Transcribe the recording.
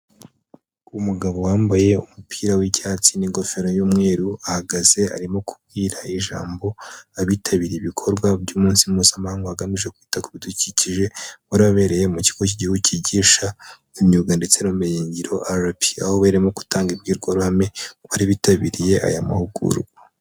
Umugabo wambaye umupira w'icyatsi n'ingofero y'umweru, ahagaze arimo kubwira ijambo abitabiriye ibikorwa by'umunsi mpuzamahanga wagamije kwita ku bidukikije, wari wabereye mu kigo cy'Igihugu cyigisha imyuga ndetse n'ubumenyi ngiro RP, aho barimo gutanga imbwirwa ruhame ku bari bitabiriye aya mahugurwa.